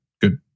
Good